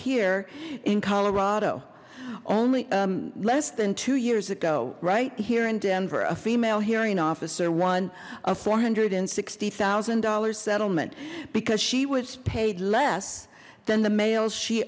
here in colorado only less than two years ago right here in denver a female hearing officer one of four hundred and sixty thousand dollars settlement because she was paid less than the males she